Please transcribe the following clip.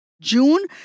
June